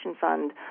fund